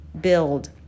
build